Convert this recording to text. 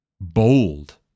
bold